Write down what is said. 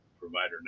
provider